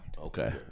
Okay